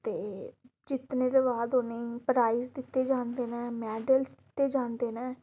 ते जित्तने दे बाद उ'नेंगी प्राइज दित्ते जंदे न मैडल्स दित्ते जंदे न